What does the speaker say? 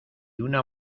una